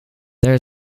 there